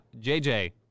JJ